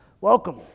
Welcome